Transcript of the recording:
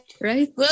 Right